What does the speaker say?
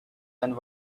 and